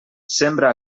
sembra